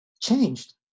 changed